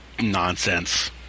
nonsense